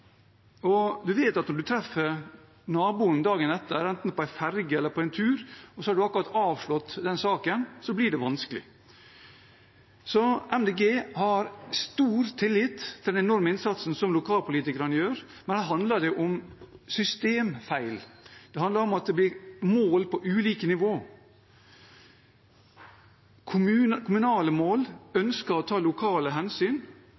vet at når man treffer naboen dagen etter, enten det er på en ferge eller på en tur, og man nettopp har gitt avslag i en sak, blir det vanskelig. Miljøpartiet De Grønne har stor tillit til den enorme innsatsen som lokalpolitikerne gjør, men her handler det om systemfeil. Det handler om at det blir målt på ulike nivåer. Kommunale mål ønsker å ta lokale hensyn, nasjonale mål skal ta hensyn